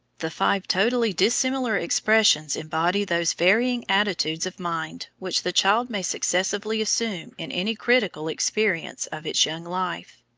the five totally dissimilar expressions embody those varying attitudes of mind which the child may successively assume in any critical experience of its young life.